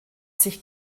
sich